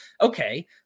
Okay